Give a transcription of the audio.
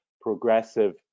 progressive